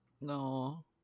No